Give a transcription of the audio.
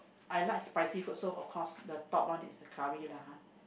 I like spicy food so of course the top one is the curry lah !huh!